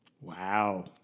Wow